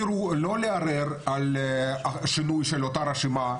לא לערער על שינוי של אותה רשימה,